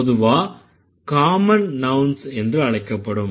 பொதுவா common nouns என்று அழைக்கப்படும்